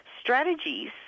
strategies